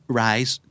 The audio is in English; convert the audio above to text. rise